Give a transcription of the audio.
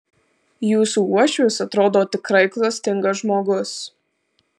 jūsų uošvis atrodo tikrai klastingas žmogus